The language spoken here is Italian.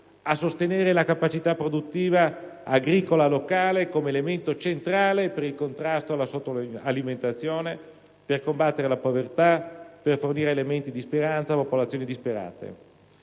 a sostenere la capacità produttiva agricola locale come elemento centrale per il contrasto alla sottoalimentazione, per combattere la povertà, per fornire elementi di speranza a popolazioni disperate,